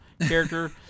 character